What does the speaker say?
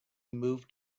moved